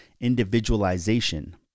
Individualization